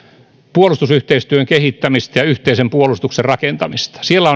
puolustusyhteistyön kehittämistä ja yhteisen puolustuksen rakentamista siellä